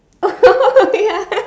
oh ya